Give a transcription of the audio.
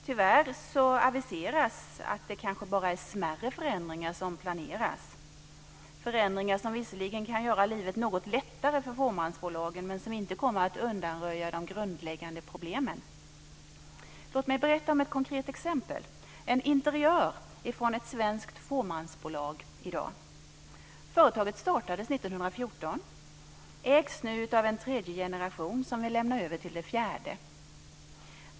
Tyvärr aviseras att det kanske bara är smärre förändringar som planeras, förändringar som visserligen kan göra livet något lättare för fåmansbolagen men som inte kommer att undanröja de grundläggande problemen. Låt mig ge ett konkret exempel, en interiör från ett svenskt fåmansbolag i dag! Företaget startades 1914, ägs nu av en tredje generation som vill lämna över till den fjärde.